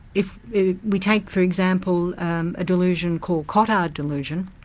if we take for example a delusion called cotard delusion,